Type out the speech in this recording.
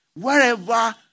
Wherever